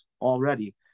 already